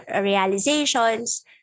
realizations